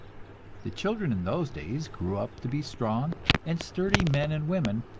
the children in those days grew up to be strong and sturdy men and women,